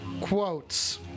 quotes